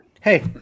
Hey